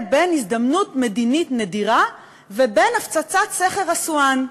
בין הזדמנות מדינית נדירה לבין הפצצת סכר אסואן.